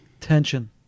tension